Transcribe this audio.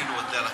כאילו,